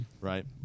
right